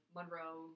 Monroe